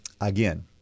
again